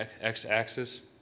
x-axis